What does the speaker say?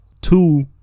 two